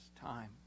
time